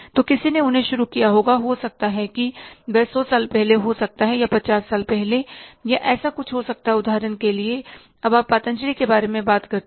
तो किसी ने उन्हें शुरू किया होगा हो सकता है कि वह सौ साल पहले हो सकता है या पचास साल पहले या ऐसा कुछ हो सकता है उदाहरण के लिए अब आप पतंजलि के बारे में बात करते हैं